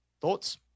Thoughts